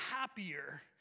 happier